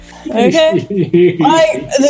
Okay